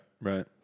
Right